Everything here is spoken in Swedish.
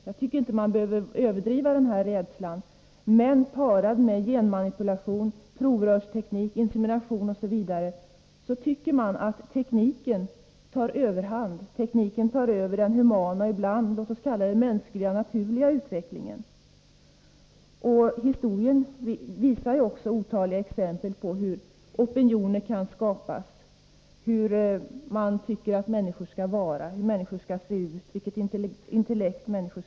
Man behöver inte överdriva denna rädsla, men parad med genmanipulation, provrörsteknik, insemination osv., tycker man att tekniken tar överhand; tekniken tar över den humana — låt oss kalla det den mänskliga —, naturliga utvecklingen. Historien visar också otaliga exempel på hur opinioner kan skapas, hur man tycker att människor skall vara, hur människor skall se ut, vilket intellekt de skall ha, osv.